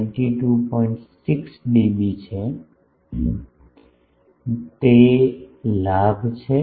6 DB છે તે લાભ છે